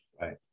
Right